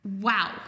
Wow